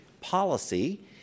policy